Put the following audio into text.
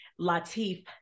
Latif